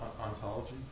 Ontology